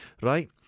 right